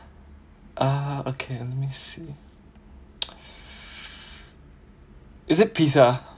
uh okay let me see is it pizza